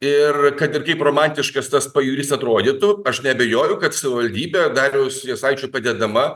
ir kad ir kaip romantiškas tas pajūris atrodytų aš neabejoju kad savivaldybė dariaus jasaičio padedama